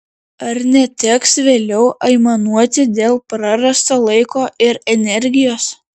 ar neteks vėliau aimanuoti dėl prarasto laiko ir energijos